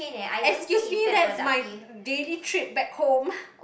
excuse me that's my daily trip back home